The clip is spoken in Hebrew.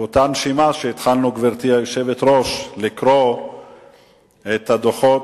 באותה נשימה שהתחלנו לקרוא את הדוחות